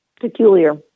peculiar